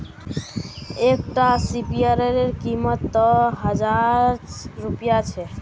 एक टा स्पीयर रे कीमत त हजार रुपया छे